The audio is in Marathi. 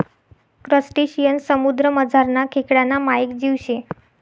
क्रसटेशियन समुद्रमझारना खेकडाना मायेक जीव शे